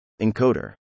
Encoder